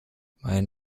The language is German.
meine